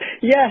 Yes